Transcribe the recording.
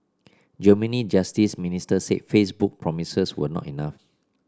Germany's justice minister said Facebook promises were not enough